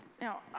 Now